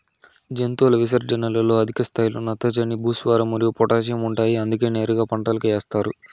జంతువుల విసర్జనలలో అధిక స్థాయిలో నత్రజని, భాస్వరం మరియు పొటాషియం ఉంటాయి అందుకే నేరుగా పంటలకు ఏస్తారు